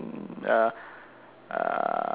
uh